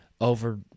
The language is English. over